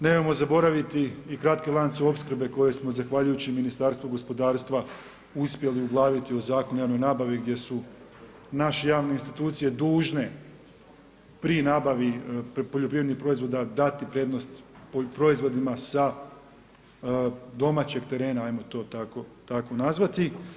Nemojmo zaboraviti i kratki lanac opskrbe koje smo zahvaljujući Ministarstvu gospodarstva uspjeli uglaviti u Zakon o javnoj nabavi gdje su naše javne institucije dužne pri nabavi poljoprivrednih proizvoda dati prednost proizvodima sa domaćeg terena, ajmo to tako nazvati.